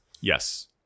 yes